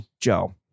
Joe